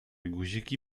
guziki